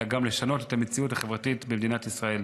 אלא גם לשנות את המציאות החברתית במדינת ישראל.